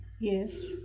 Yes